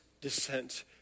descent